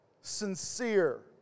sincere